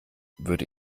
würde